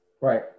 Right